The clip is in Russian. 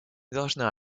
должна